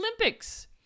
Olympics